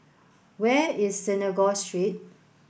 where is Synagogue Street